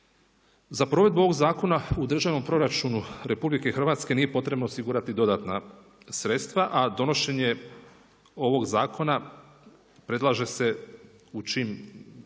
Za provedbu ovog zakona u državnom proračunu RH nije potrebno osigurati dodatna sredstva a donošenje ovog zakona predlaže se u čim